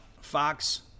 Fox